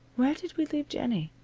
where did we leave jennie?